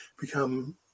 become